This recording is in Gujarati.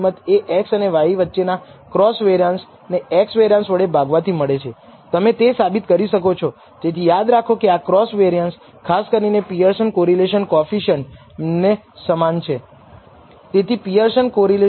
તેથી આ ઘટાડેલા ઓર્ડર મોડેલ ફિટ માટે સમ સ્ક્વેર્ડ એરરનું પ્રતિનિધિત્વ કરે છે SSE વૈકલ્પિક પૂર્વધારણા ફિટ માટેની યોગ્યતા રજૂ કરે છે